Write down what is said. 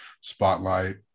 spotlight